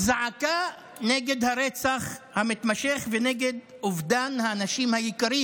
זעקה נגד הרצח המתמשך ונגד אובדן האנשים היקרים